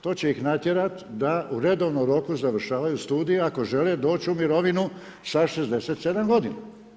To će ih natjerati da u redovnom roku završavaju studije ako žele doći u mirovinu sa 67 godina.